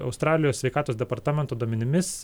australijos sveikatos departamento duomenimis